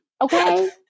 okay